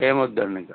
ఏమి వద్దండి ఇంక